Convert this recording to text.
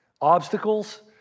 Obstacles